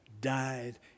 died